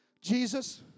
Jesus